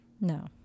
No